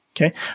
okay